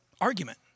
argument